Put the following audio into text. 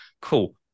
Cool